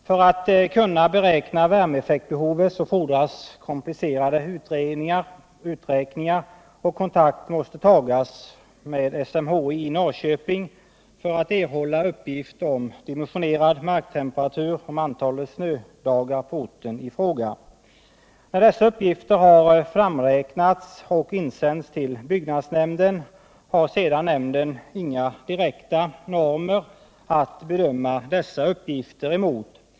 För att kunna fastställa värme effektbehovet fordras komplicerade uträkningar, och kontakt måste tas med SMHI i Norrköping för att erhålla uppgifter om dimensionerande marktemperatur och antalet snödagar på orten i fråga. Byggnadsnämnderna har dock inga fastställda normer att bedöma dessa uppgifter mot.